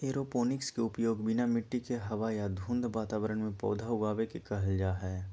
aeroponics के उपयोग बिना मिट्टी के हवा या धुंध वातावरण में पौधा उगाबे के कहल जा हइ